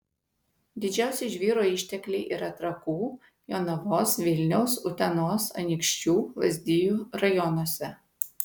didžiausi žvyro ištekliai yra trakų jonavos vilniaus utenos anykščių lazdijų rajonuose